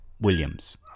williams